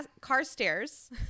Carstairs